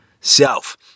self